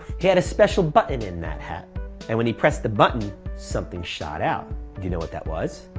he had a special button in that hat and when he pressed the button, something shot out. do you know what that was?